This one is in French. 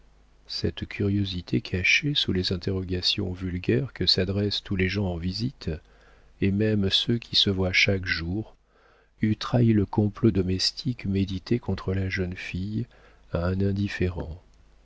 cette curiosité cachée sous les interrogations vulgaires que s'adressent tous les gens en visite et même ceux qui se voient chaque jour eût trahi le complot domestique médité contre la jeune fille à un indifférent